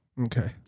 Okay